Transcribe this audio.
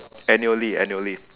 annually annually